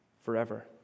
forever